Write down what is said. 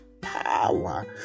power